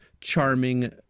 charming